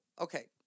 okay